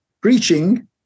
preaching